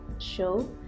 show